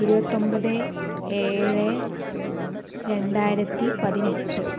ഇരുപത്തൊൻപത് ഏഴ് രണ്ടായിരത്തിപ്പതിനെട്ട്